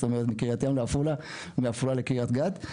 זאת אומרת מקריית ים לעפולה ומעפולה לקריית גת.